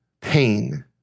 pain